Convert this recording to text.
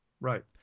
Right